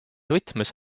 võtmes